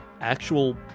actual